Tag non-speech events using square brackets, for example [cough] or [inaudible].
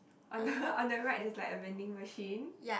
on the [laughs] on the right there's like a vending machine